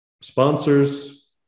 sponsors